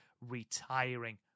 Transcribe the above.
retiring